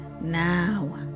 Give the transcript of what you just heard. Now